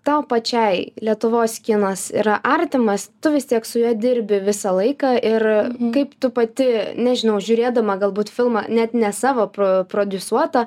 tau pačiai lietuvos kinas yra artimas tu vis tiek su juo dirbi visą laiką ir kaip tu pati nežinau žiūrėdama galbūt filmą net ne savo pro prodiusuotą